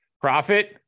profit